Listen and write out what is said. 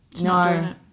No